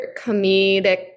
comedic